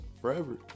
forever